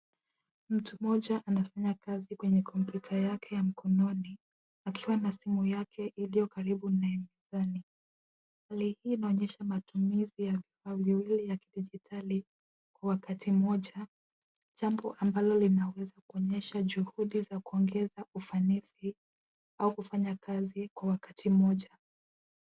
Mtu mmoja anafanya kazi kwenye kompyuta yake ya mkononi, akiwa na simu yake, iliyo karibu naye mezani. Hii inaonyesha matumizi ya vifaa viwili ya kidigitali, kwa wakati mmoja, jambo ambalo linaweza kuonyesha juhudi za kuongeza ufanisi, au kufanya kazi, kwa wakati mmoja.